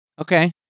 Okay